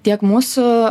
tiek mūsų